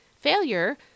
Failure